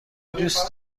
دوست